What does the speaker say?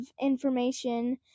information